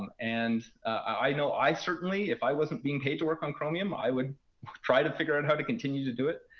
and and i know i certainly, if i wasn't being paid to work on chromium, i would try to figure out how to continue to do it